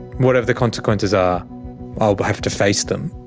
whatever the consequences are i'll but have to face them.